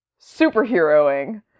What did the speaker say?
superheroing